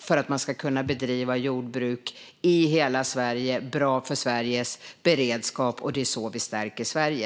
Det är bra för Sveriges beredskap, och det är så vi stärker Sverige.